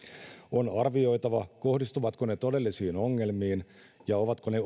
on arvioitava kohdistuvatko ne todellisiin ongelmiin ja ovatko ne